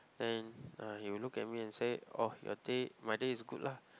and uh he would look at me and say oh your day my day is good lah